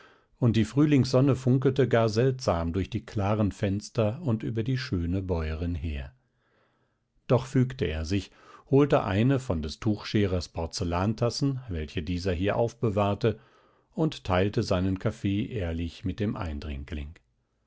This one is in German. und die frühlingssonne funkelte gar seltsam durch die klaren fenster und über die schöne bäuerin her doch fügte er sich holte eine von des tuchscherers porzellantassen welche dieser hier aufbewahrte und teilte seinen kaffee ehrlich mit dem eindringling